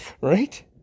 right